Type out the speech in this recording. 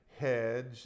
hedge